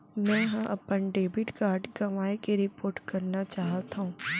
मै हा अपन डेबिट कार्ड गवाएं के रिपोर्ट करना चाहत हव